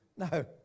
No